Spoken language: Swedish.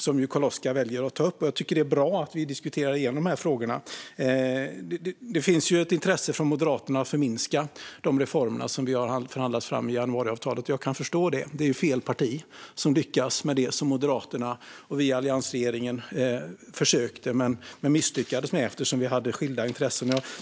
Jag tycker att det är bra att vi diskuterar igenom dessa frågor, för det finns ett intresse från Moderaterna att förminska de reformer som vi har förhandlat fram i januariavtalet. Jag kan förstå det. Det är fel parti som lyckas med det som Moderaterna och vi i alliansregeringen försökte men misslyckades med, eftersom vi hade skilda intressen.